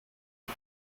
tag